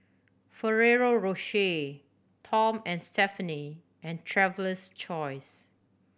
Ferrero Rocher Tom and Stephanie and Traveler's Choice